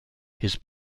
his